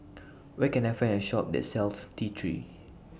Where Can I Find A Shop that sells T three